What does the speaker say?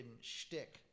shtick